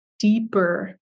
deeper